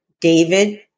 David